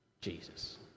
jesus